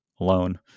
alone